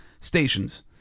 stations